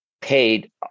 paid